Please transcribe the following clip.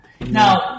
now